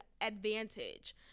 advantage